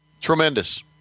Tremendous